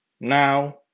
now